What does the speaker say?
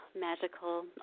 magical